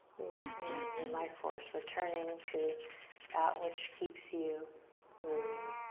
you know, your life force returning to that which keeps you moving.